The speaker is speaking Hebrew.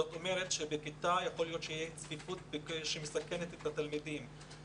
זאת אומרת שבכיתה יכולה להיות צפיפות שמסכנת את התלמידים.